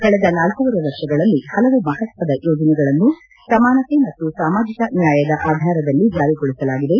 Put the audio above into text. ಕಳೆದ ನಾಲ್ಡೂವರೆ ವರ್ಷಗಳಲ್ಲಿ ಪಲವು ಮಪತ್ವದ ಯೋಜನೆಗಳನ್ನು ಸಮಾನತೆ ಮತ್ತು ಸಾಮಾಜಿಕ ನ್ಯಾಯದ ಆಧಾರದಲ್ಲಿ ಜಾರಿಗೊಳಿಸಲಾಗಿದೆ